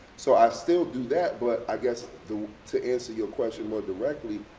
so i still do that, but i guess the to answer your question more directly,